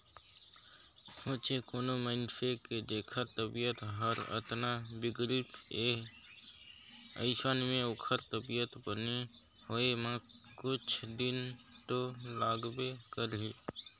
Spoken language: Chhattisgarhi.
सोंचे कोनो मइनसे के जेखर तबीयत हर अतना बिगड़िस हे अइसन में ओखर तबीयत बने होए म कुछ दिन तो लागबे करही